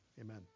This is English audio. amen